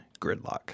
gridlock